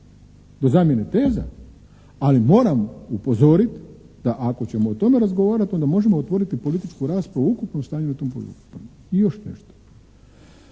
Do zamjene teza. Ali moramo upozoriti da ako ćemo o tome razgovarati onda možemo otvoriti političku raspravu o ukupnom stanju u tom … /Govornik se ne